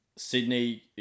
Sydney